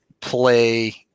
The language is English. play